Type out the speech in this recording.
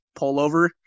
pullover